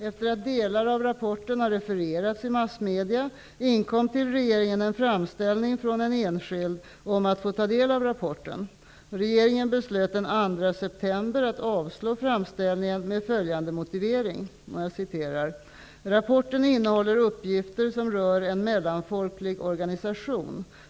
Efter att delar av rapporten refererats i massmedia, inkom till regeringen en framställning från en enskild om att få ta del av rapporten. Regeringen beslöt den 2 ''Rapporten innehåller uppgifter som rör en mellanfolklig organisation.